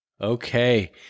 Okay